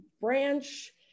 branch